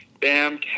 Bam